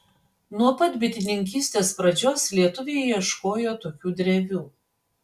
nuo pat bitininkystės pradžios lietuviai ieškojo tokių drevių